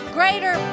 greater